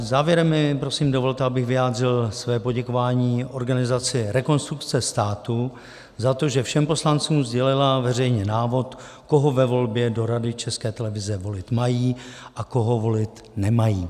Závěrem mi prosím dovolte, abych vyjádřil své poděkování organizaci Rekonstrukce státu za to, že všem poslancům sdělila veřejně návod, koho ve volbě do Rady České televize volit mají a koho volit nemají.